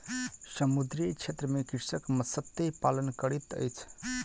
समुद्रीय क्षेत्र में कृषक मत्स्य पालन करैत अछि